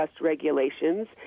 regulations